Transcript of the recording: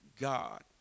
God